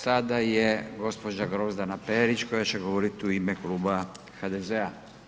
Sada je gđa. Grozdana Perić koja će govoriti u ime kluba HDZ-a.